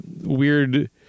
weird